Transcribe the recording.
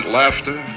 laughter